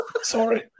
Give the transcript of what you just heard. Sorry